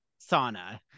sauna